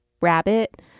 Rabbit